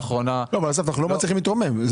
לא, אבל אסף, אנחנו לא מצליחים להתרומם.